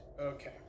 Okay